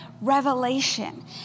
revelation